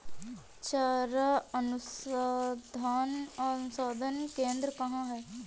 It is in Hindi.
चारा अनुसंधान केंद्र कहाँ है?